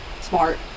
smart